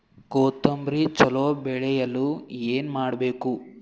ಕೊತೊಂಬ್ರಿ ಚಲೋ ಬೆಳೆಯಲು ಏನ್ ಮಾಡ್ಬೇಕು?